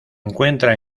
encuentra